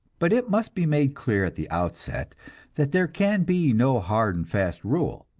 but it must be made clear at the outset that there can be no hard and fast rule.